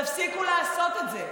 תפסיקו לעשות את זה.